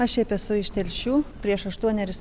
aš šiaip esu iš telšių prieš aštuonerius